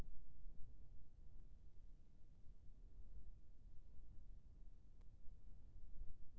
loan के बारे म मोला जानकारी के जरूरत रीहिस, लइका ला पढ़े बार भेजे के हे जीवन